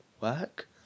work